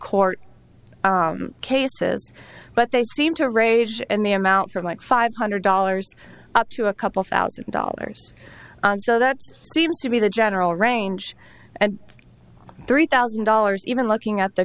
court cases but they seem to rage and them out for like five hundred dollars up to a couple thousand dollars that seems to be the general range at three thousand dollars even looking at the